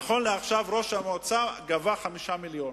נכון לעכשיו ראש המועצה גבה 5 מיליונים.